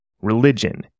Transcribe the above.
religion